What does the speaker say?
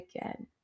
again